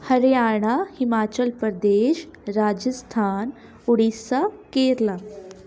Haryana Himachal Pradesh Rajasthan Orissa Kerala